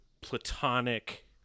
platonic